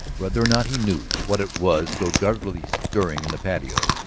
whether or not he knew what it was so guardedly stirring in the patio,